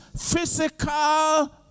physical